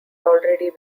already